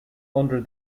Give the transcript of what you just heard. under